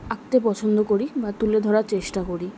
আঁকতে পছন্দ করি বা তুলে ধরার চেষ্টা করি